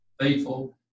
faithful